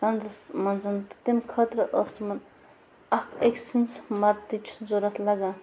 کنٛزس منٛز تہٕ تَمہِ خٲطرٕ ٲس تِمن اَکھ أکۍ سٕنٛز مدتٕچ ضروٗرت لَگان